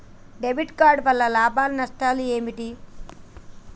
Debit card వల్ల లాభాలు నష్టాలు ఏమిటి?